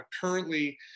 currently